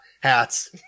hats